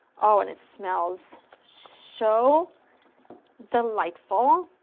oh and it smells so delightful.